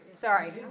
sorry